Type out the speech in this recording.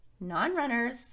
non-runners